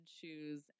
shoes